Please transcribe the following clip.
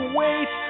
wait